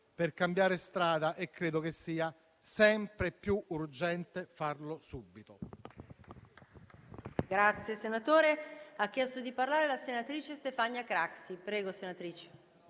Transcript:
per cambiare strada e credo che sia sempre più urgente farlo subito.